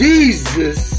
Jesus